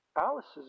Alice's